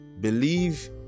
believe